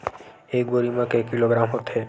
एक बोरी म के किलोग्राम होथे?